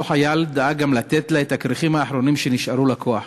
אותו חייל דאג גם לתת לה את הכריכים האחרונים שנשארו לכוח.